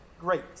great